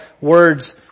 words